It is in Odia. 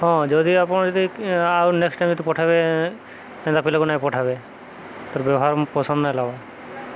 ହଁ ଯଦି ଆପଣ ଯଦି ଆଉ ନେକ୍ସଟ୍ ଟାଇମ୍ ଯଦି ପଠାବେ ଏନ୍ତା ପିଲାକୁ ନାଇଁ ପଠାବେ ତା'ର୍ ବ୍ୟବହାର ପସନ୍ଦ ନାଇଁ ଲାଗ୍ବା